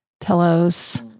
pillows